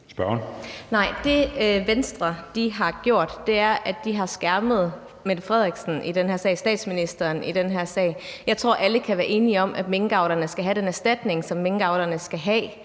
det, Venstre har gjort, er, at de har skærmet Mette Frederiksen, statsministeren, i den her sag. Jeg tror, alle kan være enige om, at minkavlerne skal have den erstatning, som minkavlerne skal have.